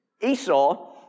Esau